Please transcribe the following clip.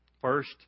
First